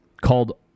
called